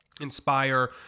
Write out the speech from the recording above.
inspire